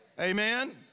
Amen